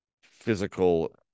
physical